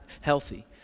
Healthy